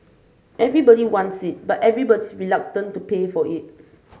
everybody wants it but everybody's reluctant to pay for it